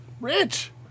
rich